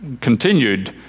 continued